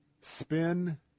Spin